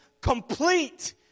complete